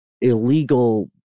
illegal